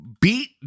beat